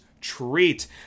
treat